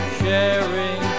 sharing